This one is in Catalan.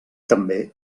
també